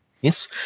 Yes